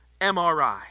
MRI